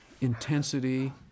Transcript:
intensity